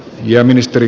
ja ministeri